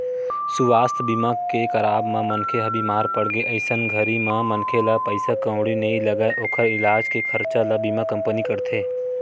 सुवास्थ बीमा के कराब म मनखे ह बीमार पड़गे अइसन घरी म मनखे ला पइसा कउड़ी नइ लगय ओखर इलाज के खरचा ल बीमा कंपनी करथे